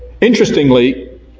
Interestingly